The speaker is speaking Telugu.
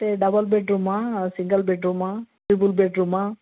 అంటే డబల్ బెడ్రూమా సింగల్ బెడ్రూమా త్రిబుల్ బెడ్రూమా